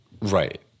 right